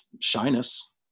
shyness